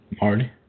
Marty